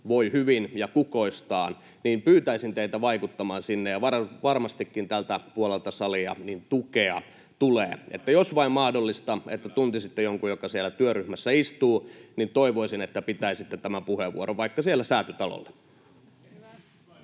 voi hyvin ja kukoistaa, pyytäisin teitä vaikuttamaan sinne, ja varmastikin tältä puolelta salia tukea tulee. Jos vain on mahdollista, että tuntisitte jonkun, joka siellä työryhmässä istuu, toivoisin, että pitäisitte tämän puheenvuoron vaikka siellä Säätytalolla.